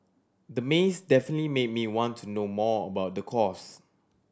the maze definitely made me want to know more about the course